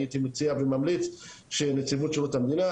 הייתי מציע וממליץ שנציבות שירות המדינה,